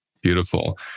Beautiful